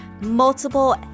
multiple